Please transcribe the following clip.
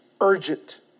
urgent